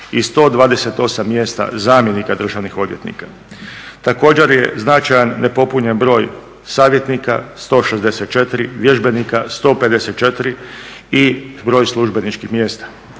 i 128 mjesta zamjenika državnih odvjetnika. Također je značajan nepopunjen broj savjetnika 164, vježbenika 154 i broj službeničkih mjesta,